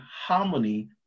harmony